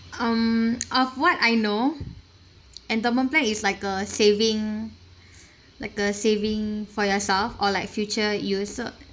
um of what I know endowment plans like a saving like a saving for yourself or like future use so